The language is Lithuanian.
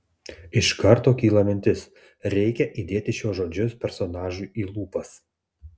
iš karto kyla mintis reikia įdėti šiuos žodžius personažui į lūpas